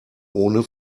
ohne